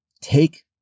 Take